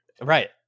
Right